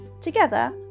Together